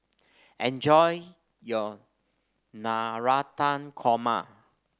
enjoy your Navratan Korma